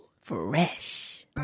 Fresh